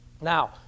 now